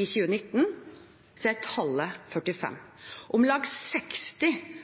I 2019 er tallet 45 pst. Om lag 60